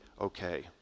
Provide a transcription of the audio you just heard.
okay